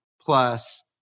plus